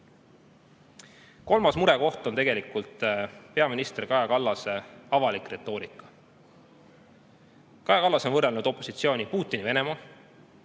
Kolmas murekoht on tegelikult peaminister Kaja Kallase avalik retoorika. Kaja Kallas on võrrelnud opositsiooni Putini Venemaa,